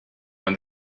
when